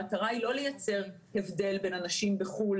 המטרה היא לא לייצר הבדל בין אנשים בחו"ל